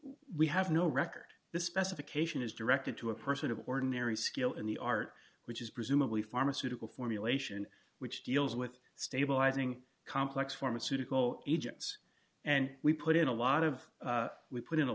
we have no record the specification is directed to a person of ordinary skill in the art which is presumably pharmaceutical formulation which deals with stabilising complex pharmaceutical agents and we put in a lot of we put in a